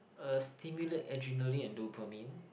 uh stimulate adrenaline and dopamine